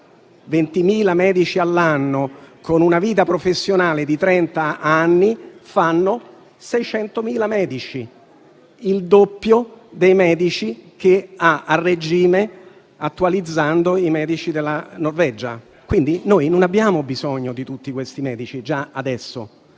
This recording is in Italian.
20.000 medici all'anno, con una vita professionale di trent'anni, fanno 600.000 medici: il doppio dei medici che ha, a regime, attualizzando, la Norvegia. Quindi, noi non abbiamo bisogno di tutti questi medici già adesso.